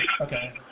Okay